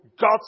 God